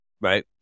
Right